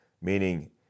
Meaning